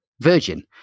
virgin